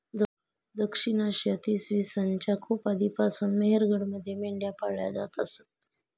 दक्षिण आशियात इसवी सन च्या खूप आधीपासून मेहरगडमध्ये मेंढ्या पाळल्या जात असत